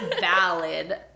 valid